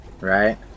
right